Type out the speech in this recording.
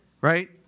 right